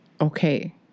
okay